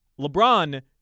LeBron